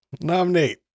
Nominate